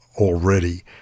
already